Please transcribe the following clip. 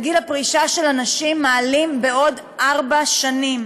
גיל הפרישה של הנשים מעלים בעוד ארבע שנים.